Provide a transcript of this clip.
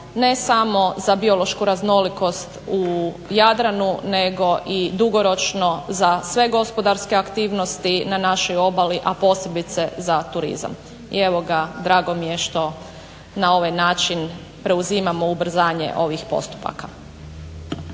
ne samo za biološku raznolikost u Jadranu nego i dugoročno za sve gospodarske aktivnosti na našoj obali a posebice za turizam. I evo ga, drago mi je što na ovaj način preuzimamo ubrzanje ovih postupaka.